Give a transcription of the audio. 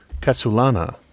Casulana